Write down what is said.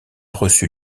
reçu